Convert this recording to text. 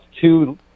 two